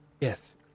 Yes